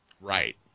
Right